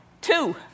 two